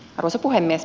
arvoisa puhemies